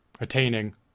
Attaining